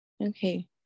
okay